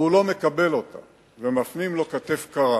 והוא לא מקבל אותה ומפנים לו כתף קרה,